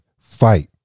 fight